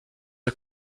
are